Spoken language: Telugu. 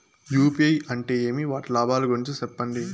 యు.పి.ఐ అంటే ఏమి? వాటి లాభాల గురించి సెప్పండి?